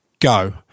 go